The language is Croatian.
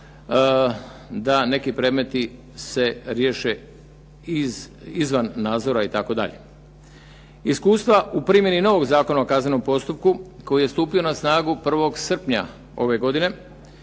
da ti predmeti se riješe izvan nadzora itd. Iskustva u primjeni novog Zakona o kaznenom postupku koji je stupio na snagu 01. srpnja ove godine